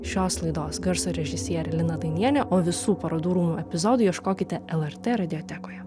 šios laidos garso režisierė lina dainienė o visų parodų rūmų epizodų ieškokite lrt radiotekoje